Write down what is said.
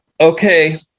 okay